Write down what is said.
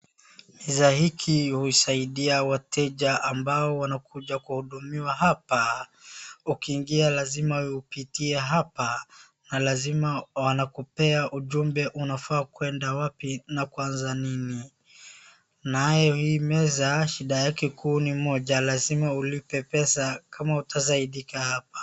Meza hiki husaidia wateja ambao wanakuja kuhudumiwa hapa , ukiingia lazima upitie hapa na lazima wanakupea ujumbe unafaa kwenda wapi na kuanza nini? Nayo hii meza shida yake kuu ni moja lazima ulipe pesa kama utasaidika hapa .